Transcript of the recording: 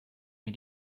mir